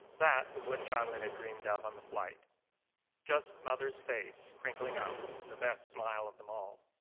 that was what chanlina dreamed of on the flight just mother's face crinkling up in the best smile of them all.